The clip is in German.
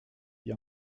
die